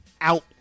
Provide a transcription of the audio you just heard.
out